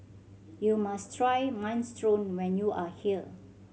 you must try Minestrone when you are here